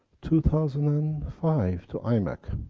two thousand and five, to imec.